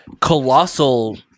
colossal